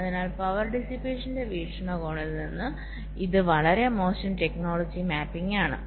അതിനാൽ പവർ ഡിസ്പേഷന്റെ വീക്ഷണകോണിൽ നിന്ന് ഇത് വളരെ മോശം ടെക്നോളജി മാപ്പിംഗ് ആണ്